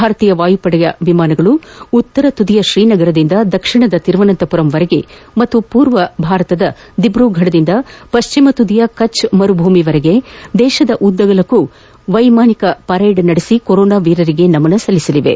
ಭಾರತೀಯ ವಾಯುಪಡೆಯ ವಿಮಾನಗಳು ಉತ್ತರ ತುದಿಯ ಶ್ರೀನಗರದಿಂದ ದಕ್ಷಿಣದ ತಿರುವಸಂತಪುರಂವರೆಗೆ ಮತ್ತು ಪೂರ್ವದ ದಿಬ್ರೂಫಡದಿಂದ ಪ್ಲಾಮ ತುದಿಯ ಕಛ್ ಮರುಭೂಮಿಯವರೆಗೆ ದೇತದ ಉದ್ದಗಲಕ್ಕೂ ವೈಮಾನಿಕ ಪರೇಡ್ ನಡೆಸಿ ಕೊರೊನಾ ವೀರರಿಗೆ ನಮನ ಸಲ್ಲಿಸಲಿವೆ